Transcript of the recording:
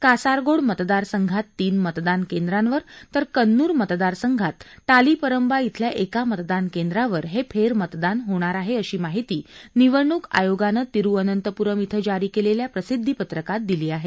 कासारगोड मतदारसंघात तीन मतदान केंद्रांवर तर कन्नूर मतदारसंघात टालीपरंबा इथल्या एका मतदान केंद्रावर हे फेरमतदान होणार आहे अशी माहिती निवडणूक आयोगानं तिरुवनंतपूरम इथं जारी केलेल्या प्रसिध्दीपत्रकात दिली आहे